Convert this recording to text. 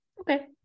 okay